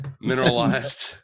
Mineralized